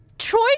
Troy